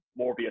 Morbius